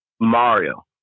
Mario